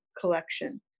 collection